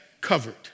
covered